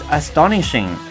astonishing